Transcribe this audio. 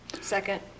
Second